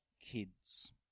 kids